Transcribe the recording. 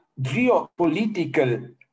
geopolitical